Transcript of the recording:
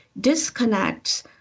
disconnects